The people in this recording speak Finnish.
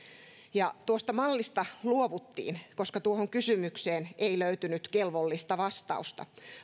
tuosta mallista luovuttiin koska tuohon kysymykseen ei löytynyt kelvollista vastausta